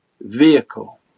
vehicle